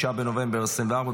6 בנובמבר 2024,